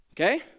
Okay